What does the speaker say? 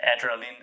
adrenaline